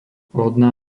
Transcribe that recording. lodná